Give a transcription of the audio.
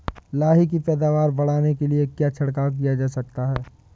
लाही की पैदावार बढ़ाने के लिए क्या छिड़काव किया जा सकता है?